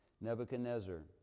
Nebuchadnezzar